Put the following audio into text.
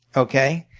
okay?